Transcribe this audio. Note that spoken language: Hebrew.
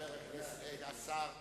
השר ארדן.